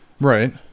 right